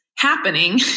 happening